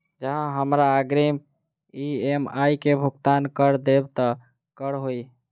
जँ हमरा अग्रिम ई.एम.आई केँ भुगतान करऽ देब तऽ कऽ होइ?